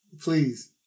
Please